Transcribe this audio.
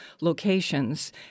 locations